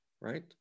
right